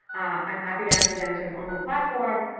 i'm happy to answer them sort of on the platform.